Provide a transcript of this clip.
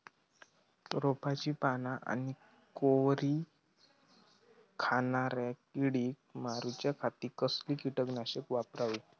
रोपाची पाना आनी कोवरी खाणाऱ्या किडीक मारूच्या खाती कसला किटकनाशक वापरावे?